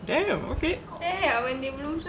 damn okay